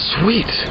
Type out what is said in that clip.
Sweet